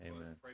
Amen